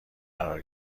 قرار